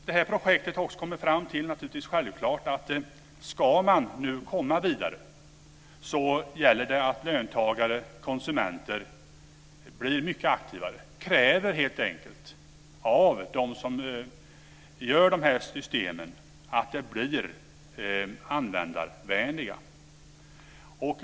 Det här projektet har också kommit fram till, vilket naturligtvis är självklart, att om man nu ska komma vidare gäller det att löntagare och konsumenter blir mycket aktivare. Det kräver naturligtvis att de som gör de här systemen ser till att de blir användarvänliga.